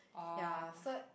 ya so